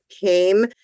came